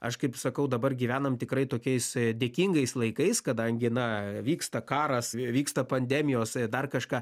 aš kaip sakau dabar gyvenam tikrai tokiais dėkingais laikais kadangi na vyksta karas vyksta pandemijos dar kažką